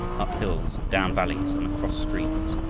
up hills, down valleys, and across streams,